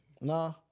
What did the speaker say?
Nah